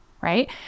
right